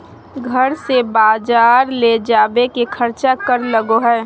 घर से बजार ले जावे के खर्चा कर लगो है?